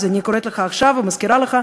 אז אני קוראת לך עכשיו ומזכירה לך.